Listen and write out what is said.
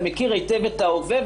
ומכיר היטב את ההווה,